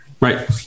Right